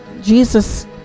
jesus